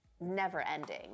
never-ending